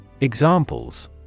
Examples